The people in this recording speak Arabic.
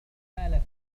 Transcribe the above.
رسالة